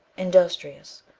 industrious,